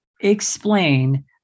explain